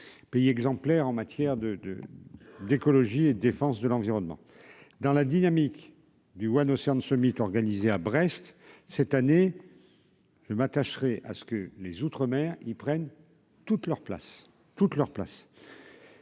pays exemplaire en matière de, de, d'écologie et défense de l'environnement dans la dynamique du One Océan Summit organisé à Brest cette année je m'attacherai à ce que les outre-mer ils prennent toute leur place,